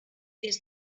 des